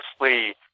mostly